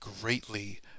greatly